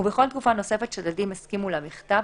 ובכל תקופה נוספת שהצדדים הסכימו לה בכתב,